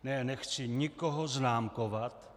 Ne, nechci nikoho známkovat.